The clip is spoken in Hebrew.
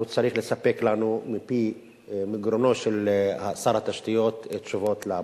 הוא צריך לספק לנו מגרונו של שר התשתיות תשובות לבעיה.